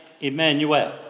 Emmanuel